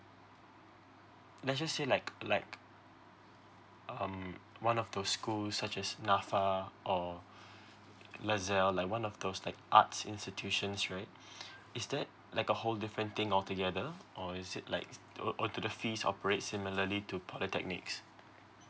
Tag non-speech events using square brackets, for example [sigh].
let's just say like like um one of those school such as nafa or [breath] lasalle like one of those like arts institutions right [breath] is that like a whole different thing altogether or is it like uh do the fees operate similarly to polytechnics